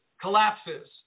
collapses